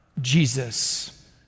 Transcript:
Jesus